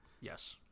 Yes